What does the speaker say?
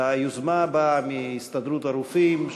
היוזמה באה מהסתדרות הרופאים,